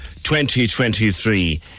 2023